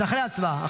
אחרי ההצבעה.